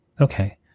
Okay